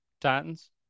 Titans